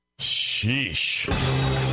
Sheesh